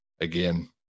again